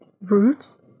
roots